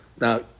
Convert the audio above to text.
Now